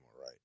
right